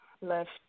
left